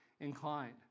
inclined